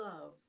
love